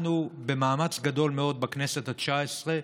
אנחנו, במאמץ גדול מאוד בכנסת התשע-עשרה,